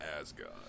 Asgard